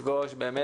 זה בדמי,